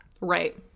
Right